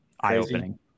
eye-opening